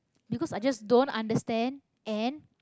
because i just don't understand and